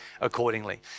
accordingly